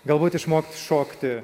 galbūt išmokt šokti